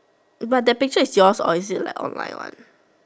but that picture is yours or is it like all my one